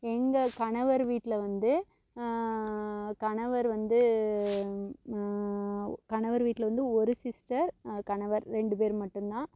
எங்கள் கணவர் வீட்டில் வந்து கணவர் வந்து கணவர் வீட்டில் வந்து ஒரு சிஸ்டர் கணவர் ரெண்டு பேர் மட்டும் தான்